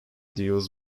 deals